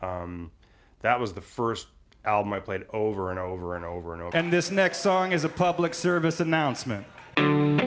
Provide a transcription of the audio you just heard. but that was the first album i played over and over and over and over and this next song is a public service announcement